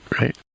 right